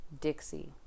Dixie